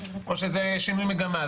או שזה שינוי מגמה?